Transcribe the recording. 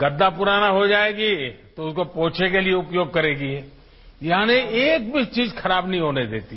गद्दा पुराना हो जाएगा तो उसको पोछे के लिए उपयोग करेंगी यानी एक भी चीज खराब नहीं होने देती